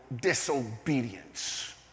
disobedience